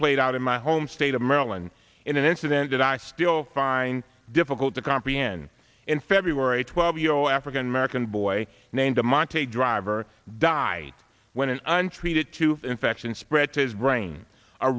played out in my home state of maryland in an incident that i still find difficult to comprehend in february twelve yo african american boy named the monterrey driver died when an untreated tooth infection spread to his brain a